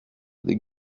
des